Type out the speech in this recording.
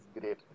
great